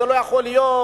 זה לא יכול להיות,